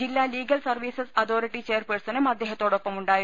ജില്ലാ legal service authority ചെയർപേഴ്സണും അദ്ദേ ഹത്തൊടൊപ്പമുണ്ടായിരുന്നു